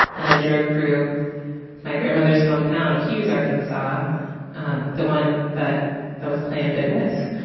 and i drove through my grandmother's hometown of hughes, arkansas um the one that that was playing bid whist